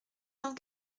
cent